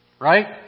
Right